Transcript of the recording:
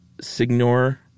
Signor